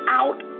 out